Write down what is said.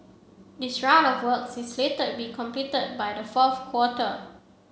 this round of works is slated be completed by the fourth quarter